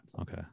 Okay